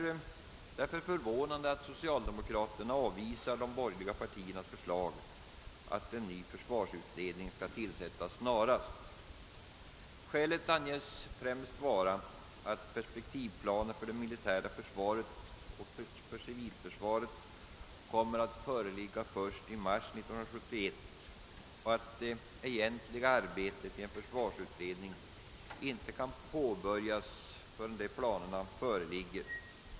Det är därför förvånande att socialdemokraterna avvisar de borgerliga partiernas förslag att en ny försvarsutredning tillsätts snarast. Skälen anges främst vara att perspektivplaner för det militära försvaret och civilförsvaret kommer att vara klara först i mars 1971 och att det egentliga arbetet i en försvarsutredning inte kan påbörjas förrän dessa planer föreligger.